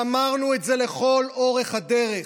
ואמרנו את זה לכל אורך הדרך,